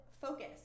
Focus